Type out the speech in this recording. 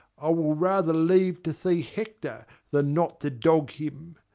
i will rather leave to see hector than not to dog him.